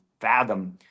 fathom